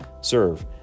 serve